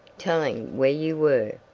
telling where you were,